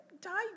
die